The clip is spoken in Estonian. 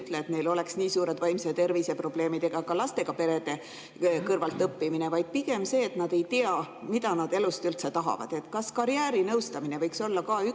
vaid pigem see, et nad ei tea, mida nad elust üldse tahavad. Kas karjäärinõustamine võiks olla ka üks